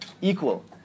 equal